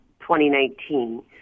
2019